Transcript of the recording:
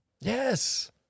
Yes